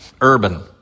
urban